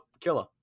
killer